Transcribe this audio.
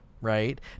right